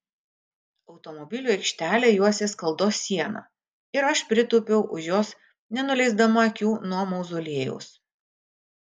automobilių aikštelę juosė skaldos siena ir aš pritūpiau už jos nenuleisdama akių nuo mauzoliejaus